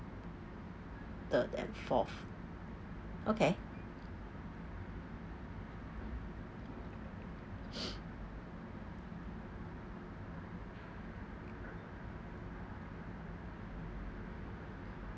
third and fourth okay